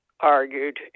argued